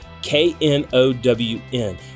K-N-O-W-N